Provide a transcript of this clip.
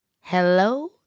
Hello